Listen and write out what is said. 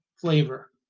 flavor